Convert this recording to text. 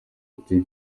ati